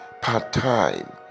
part-time